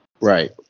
Right